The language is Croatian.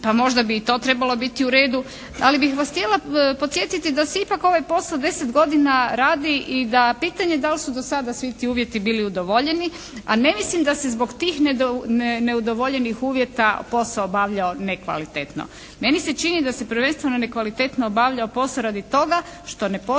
Pa možda bi i to trebalo biti u redu. Ali bih vas htjela podsjetiti da se ipak ovaj posao 10 godina radi i da pitanje da li su do sada svi ti uvjeti bili udovoljeni, a ne mislim da se zbog tih neudovoljenih uvjeta posao obavljao nekvalitetno. Meni se čini da se prvenstveno nekvalitetno obavljao posao radi toga što ne postoji